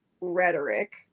rhetoric